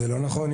זה לא נכון.